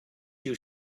you